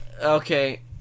Okay